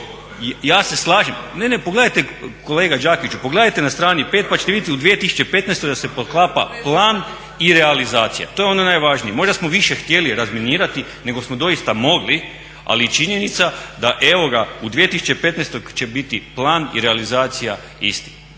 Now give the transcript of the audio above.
Ja se slažem, ne, ne pogledajte kolega Đakiću pogledajte na strani 5. pa ćete vidjeti u 2015. da se poklapa plan i realizacija. To je ono najvažnije. Možda smo više htjeli razminirati nego smo doista mogli ali je činjenica da evo ga u 2015. će biti plan i realizacija isti.